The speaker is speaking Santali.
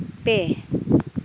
ᱯᱮ